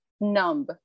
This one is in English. numb